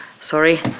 Sorry